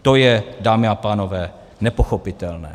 To je, dámy a pánové, nepochopitelné.